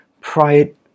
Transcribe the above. pride